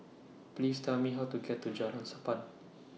Please Tell Me How to get to Jalan Sappan